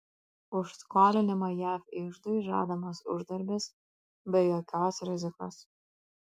už skolinimą jav iždui žadamas uždarbis be jokios rizikos